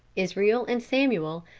israel and samuel,